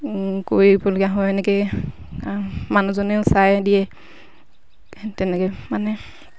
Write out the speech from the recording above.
কৰিবলগীয়া হয় এনেকৈ আৰু মানুহজনেও চাই দিয়ে তেনেকৈ মানে